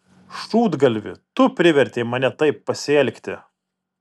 šūdgalvi tu privertei mane taip pasielgti